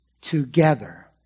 together